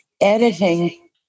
editing